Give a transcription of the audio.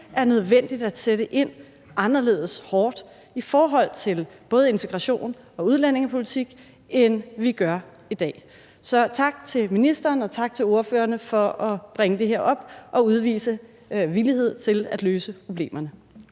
er nødvendigt at sætte ind anderledes hårdt i forhold til både integration og udlændingepolitik, end vi gør i dag. Så tak til ministeren og tak til ordførerne for at bringe det her op og udvise villighed til at løse problemerne.